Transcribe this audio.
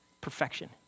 Perfection